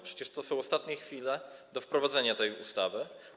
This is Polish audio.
Przecież to są ostatnie chwile do wprowadzenia tej ustawy.